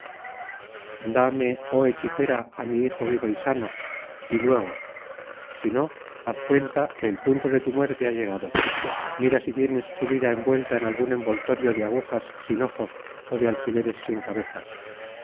dame oh hechicera á mi hijo vivo y sano y luego si no haz cuenta que el punto de tu muerte ha llegado mira si tienes su vida envuelta en algun envoltorio de agujas sin ojos ó de alfileres sin cabezas